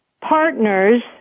partners